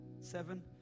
seven